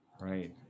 Right